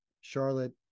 Charlotte